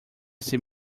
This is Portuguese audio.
ser